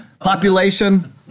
population